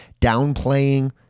downplaying